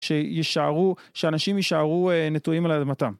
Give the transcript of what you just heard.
שישארו.. שאנשים יישארו נטועים על אדמתם.